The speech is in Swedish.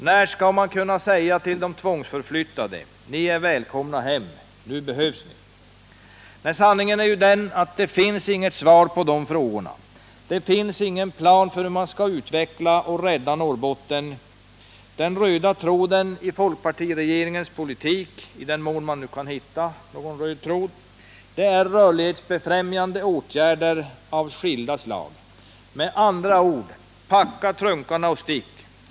När skall vi kunna säga till de tvångsförflyttade: Ni är välkomna hem! Nu behövs ni! Sanningen är att det finns inga svar på dessa frågor. Det finns ingen plan för hur man skall rädda och utveckla Norrbotten. Den röda tråden i folkpartiregeringens politik — i den mån man nu kan hitta någon sådan — är ”rörlighetsbefrämjande åtgärder” av skilda slag. Med andra ord: packa trunkarna och stick!